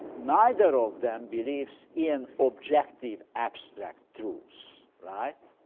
neither of them believes in objective abstract truth. right?